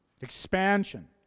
Expansion